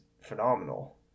phenomenal